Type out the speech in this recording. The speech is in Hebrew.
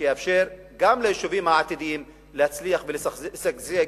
שיאפשר גם ליישובים העתידיים להצליח ולשגשג,